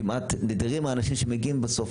נדירים כמעט המקרים בהם אנשים מגיעים רק